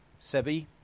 Sebi